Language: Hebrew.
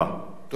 תודה רבה.